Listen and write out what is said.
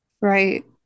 Right